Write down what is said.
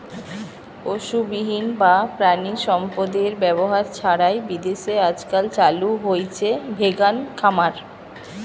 পশুবিহীন বা প্রাণিসম্পদএর ব্যবহার ছাড়াই বিদেশে আজকাল চালু হইচে ভেগান খামার